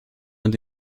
und